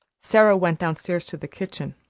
sara went downstairs to the kitchen.